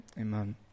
Amen